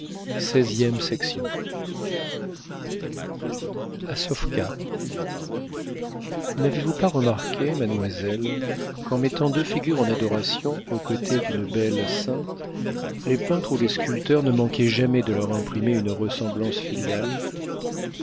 n'avez-vous pas remarqué mademoiselle qu'en mettant deux figures en adoration aux côtés d'une belle sainte les peintres ou les sculpteurs ne manquaient jamais de leur imprimer une ressemblance filiale